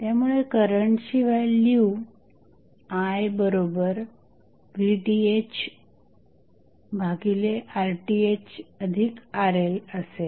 त्यामुळे करंटची व्हॅल्यू iVThRThRLअसेल